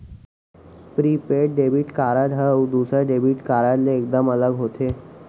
prepaid debit card ह दूसर debit card ले एकदम अलग होथे